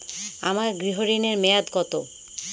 আমার গৃহ ঋণের মেয়াদ কত?